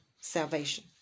salvation